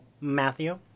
matthew